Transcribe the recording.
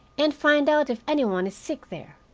and find out if any one is sick there.